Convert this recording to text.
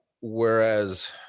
Whereas